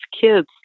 kids